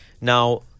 Now